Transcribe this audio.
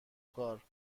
کار